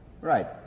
Right